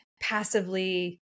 passively